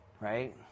right